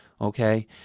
okay